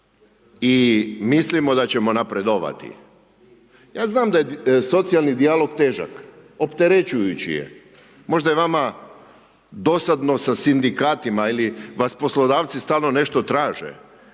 i mislimo da ćemo napredovati. Ja znam da je socijalni dijalog težak, opterećujući je, možda je vama dosadno sa sindikatima ili vas poslodavci stalno nešto traže,